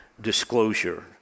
disclosure